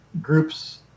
groups